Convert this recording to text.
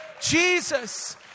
Jesus